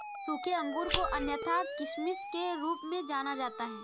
सूखे अंगूर को अन्यथा किशमिश के रूप में जाना जाता है